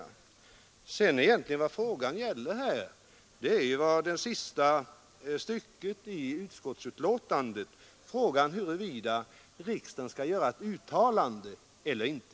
Vad frågan här egentligen gäller återges i sista stycket i utskottets betänkande, nämligen huruvida riksdagen skall göra ett uttalande eller inte.